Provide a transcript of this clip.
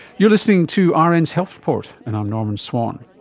you're listening to ah rn's health report, and i'm norman swan.